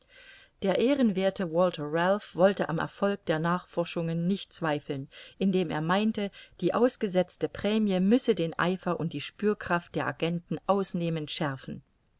der ehrenwerthe walther ralph wollte am erfolg der nachforschungen nicht zweifeln indem er meinte die ausgesetzte prämie müsse den eifer und die spürkraft der agenten ausnehmend schärfen